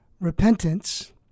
repentance